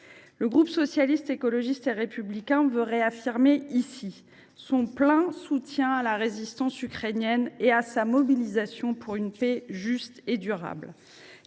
Le groupe Socialiste, Écologiste et Républicain tient à réaffirmer ici son plein soutien à la résistance ukrainienne et à sa mobilisation pour une paix juste et durable.